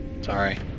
Sorry